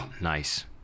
Nice